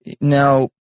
Now